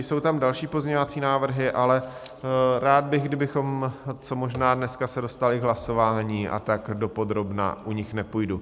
Jsou tam další pozměňovací návrhy, ale rád bych, kdybychom co možná dneska se dostali k hlasování, a tak dopodrobna u nich nepůjdu.